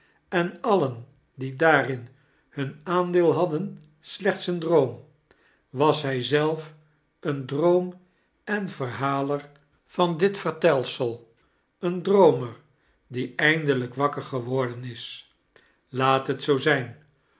en alien die daarin hun aandeel hadden slechts een droom was hij zelf een droom en de verhaler van dit vertelsel een droomer die eindelijk wakker geworden is laat het zoo zijn